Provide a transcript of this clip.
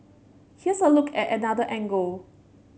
here's a look at another angle